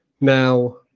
Now